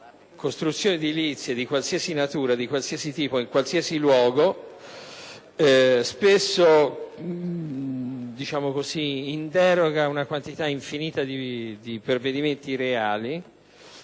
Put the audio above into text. costruzioni edilizie di qualsiasi natura, di qualsiasi tipo, in qualsiasi luogo, spesso in deroga ad una quantità infinita di provvedimenti reali.